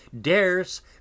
dares